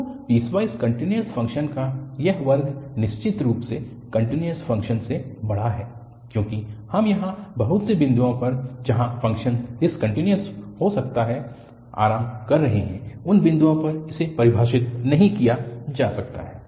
तो piecewise continuous function का यह वर्ग निश्चित रूप से कन्टिन्यूअस फ़ंक्शन्स से बड़ा है क्योंकि हम यहाँ बहुत से बिंदुओं पर जहाँ फ़ंक्शन डिसकन्टिन्यूअस हो सकता है आराम कर रहे हैं या उन बिंदुओं पर इसे परिभाषित नहीं किया जा सकता है